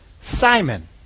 Simon